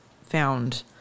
found